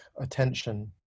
Attention